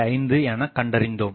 5 எனக்கண்டறிந்தோம்